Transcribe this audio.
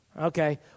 Okay